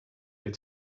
good